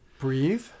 Breathe